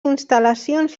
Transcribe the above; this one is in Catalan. instal·lacions